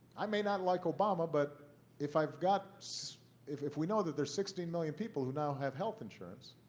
i may not like obama, but if i've got if if we know that there's sixteen million people who now have health insurance,